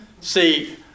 See